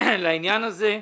לעניין הזה,